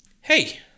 hey